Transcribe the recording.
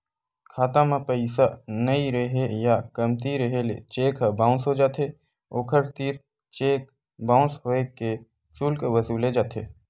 खाता म पइसा नइ रेहे या कमती रेहे ले चेक ह बाउंस हो जाथे, ओखर तीर चेक बाउंस होए के सुल्क वसूले जाथे